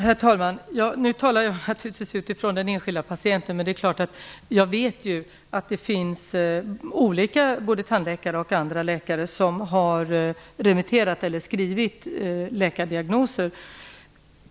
Herr talman! Jag talar nu faktiskt inte från den enskilde patientens utgångspunkt, men jag vet att det finns både tandläkare och andra läkare som har remitterat eller utfärdat sådana här diagnoser.